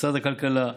משרד הכלכלה,